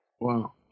Wow